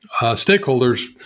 stakeholders